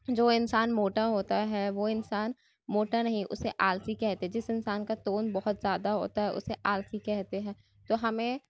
جو انسان موٹا ہوتا ہے وہ انسان موٹا نہیں اسے آلسی کہتے جس انسان کا توند بہت زیادہ ہوتا ہے اسے آلسی کہتے ہیں تو ہمیں